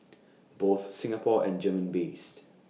both Singapore and German based